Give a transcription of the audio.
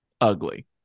ugly